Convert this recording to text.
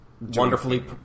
wonderfully